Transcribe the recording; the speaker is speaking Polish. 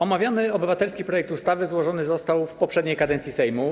Omawiany obywatelski projekt ustawy złożony został w poprzedniej kadencji Sejmu.